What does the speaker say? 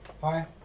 Hi